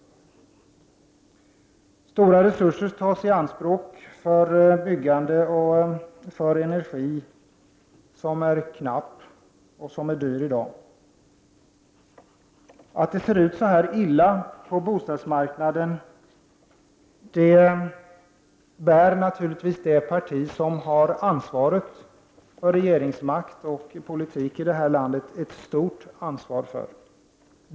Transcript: Stora resurser tas också i anspråk för byggande och för energi, som är knapp och dyr i dag. Att det ser ut så här illa på bostadsmarknaden bär naturligtvis det parti som har ansvaret för regeringsmakten och politiken i landet ett stort ansvar för.